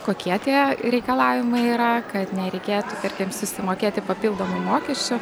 kokie tie reikalavimai yra kad nereikėtų tarkim susimokėti papildomų mokesčių